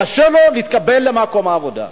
קשה לו להתקבל למקום עבודה.